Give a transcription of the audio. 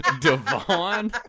devon